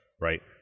right